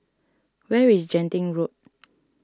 where is Genting Road